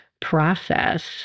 process